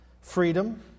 Freedom